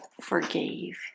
forgave